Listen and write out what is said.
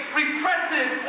repressive